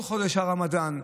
כל חודש רמדאן.